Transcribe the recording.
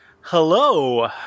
Hello